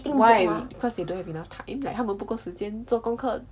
why because they don't have enough time like 他们不够时间做功课